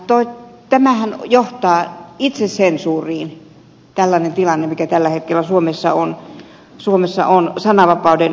tällainen tilannehan johtaa itsesensuuriin mikä tällä hetkellä suomessa on sananvapauden toteutumisen osalta